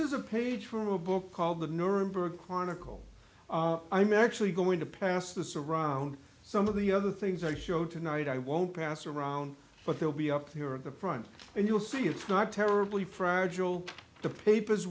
is a page from a book called the nuremberg chronicle i'm actually going to pass this around some of the other things i showed tonight i won't pass around but they'll be up here at the prime and you'll see it's not terribly fragile the papers